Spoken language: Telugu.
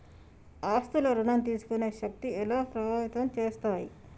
ఆస్తుల ఋణం తీసుకునే శక్తి ఎలా ప్రభావితం చేస్తాయి?